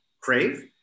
crave